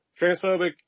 transphobic